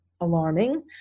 alarming